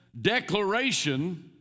declaration